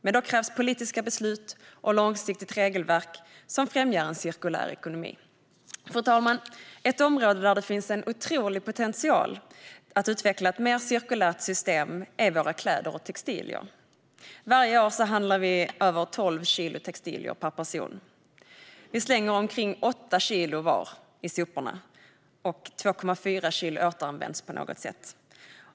Detta kräver dock politiska beslut och långsiktiga regelverk som främjar en cirkulär ekonomi. Fru talman! Ett område där det finns en otrolig potential att utveckla ett mer cirkulärt system är våra kläder och textilier. Varje år handlar vi över 12 kilo textilier per person. Vi slänger omkring 8 kilo var i soporna, medan 2,4 kilo återanvänds på något sätt.